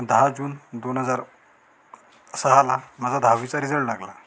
अन् दहा जून दोन हजार सहाला माझा दहावीचा रिजल्ट लागला